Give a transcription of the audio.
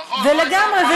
נכון, לא הייתה הגבלה לגברים.